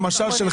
לפי המשל שלך,